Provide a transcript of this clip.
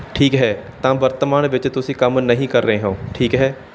ਠੀਕ ਹੈ ਤਾਂ ਵਰਤਮਾਨ ਵਿੱਚ ਤੁਸੀਂ ਕੰਮ ਨਹੀਂ ਕਰ ਰਹੇ ਹੋ ਠੀਕ ਹੈ